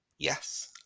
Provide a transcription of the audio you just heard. Yes